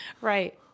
Right